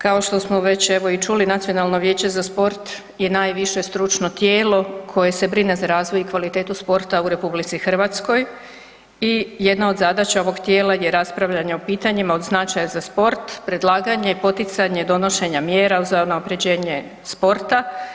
Kao što smo već evo i čuli Nacionalno vijeće za sport je najviše stručno tijelo koje se brine za razvoj i kvalitetu sporta u RH i jedna od zadaća ovog tijela je raspravljanje o pitanjima od značaja za sport, predlaganje i poticanje donošenja mjera za unapređenje sporta.